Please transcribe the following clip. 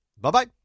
Bye-bye